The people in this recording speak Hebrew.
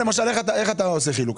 במרום גליל איך אתה עושה את החלוקה?